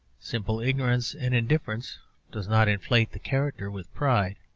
simple ignorance and indifference does not inflate the character with pride.